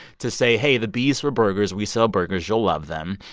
to say, hey, the b is for burgers. we sell burgers. you'll love them.